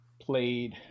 played